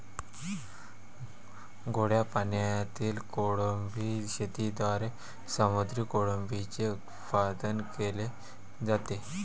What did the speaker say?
गोड्या पाण्यातील कोळंबी शेतीद्वारे समुद्री कोळंबीचे उत्पादन केले जाते